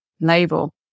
label